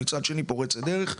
ומצד שני פורצת דרך.